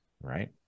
right